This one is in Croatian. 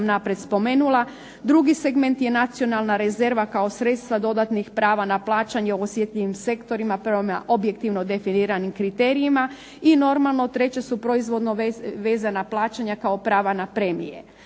naprijed spomenula. Drugi segment je nacionalna rezerva kao sredstva dodatnih prava na plaćanje osjetljivim sektorima prema objektivno definiranim kriterijima i normalno treće su proizvodno vezana plaćanja kao prava na premije.